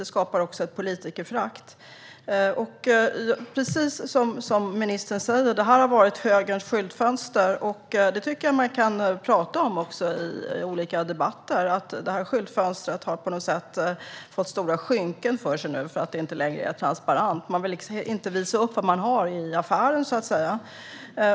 Det skapar också ett politikerförakt. Precis som ministern säger har detta varit högerns skyltfönster. Det tycker jag att man kan prata om i olika debatter. Det skyltfönstret har nu på något sätt fått stora skynken framför sig, för det är inte längre transparent. Man vill inte visa upp vad man har i affären, så att säga.